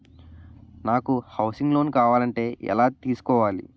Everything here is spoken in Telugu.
నాకు హౌసింగ్ లోన్ కావాలంటే ఎలా తీసుకోవాలి?